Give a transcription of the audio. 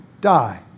die